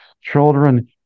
children